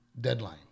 deadline